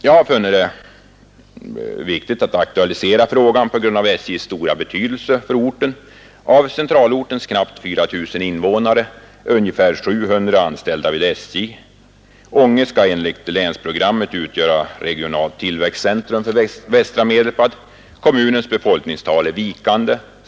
Jag har funnit det viktigt att aktualisera frågan på grund av SJ:s stora betydelse för orten. Av centralortens knappt 4 000 invånare är ungefär 700 anställda vid SJ. Ånge skall enligt länsprogrammet utgöra regionalt tillväxtceentrum för västra Medelpad. Kommunens befolkningstal är vikande.